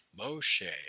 Moshe